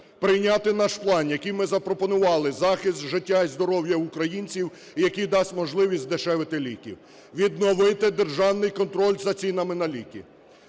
прийняти наш план, який ми запропонували, – захист життя і здоров'я українців, і який дасть можливість здешевити ліки, відновити державний контроль за цінами на ліки,